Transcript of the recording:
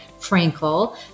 Frankel